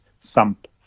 thump